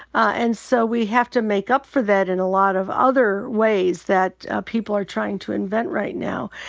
and so we have to make up for that in a lot of other ways that people are trying to invent right now.